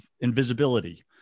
invisibility